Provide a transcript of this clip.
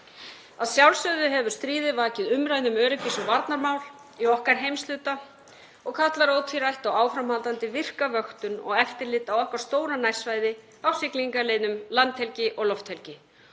Að sjálfsögðu hefur stríðið vakið umræðu um öryggis- og varnarmál í okkar heimshluta og kallar ótvírætt á áframhaldandi virka vöktun og eftirlit á okkar stóra nærsvæði á siglingaleiðum, landhelgi og lofthelgi.